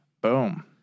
Boom